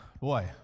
boy